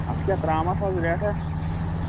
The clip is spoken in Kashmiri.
اَتھ کیٛاہ ترٛامَس حظ ریٹھہ